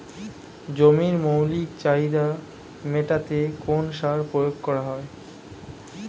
জমির মৌলিক চাহিদা মেটাতে কোন সার প্রয়োগ করা হয়?